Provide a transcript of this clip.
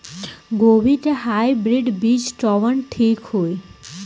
गोभी के हाईब्रिड बीज कवन ठीक होई?